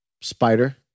Spider